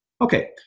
okay